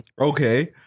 Okay